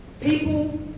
People